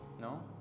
no